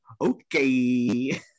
Okay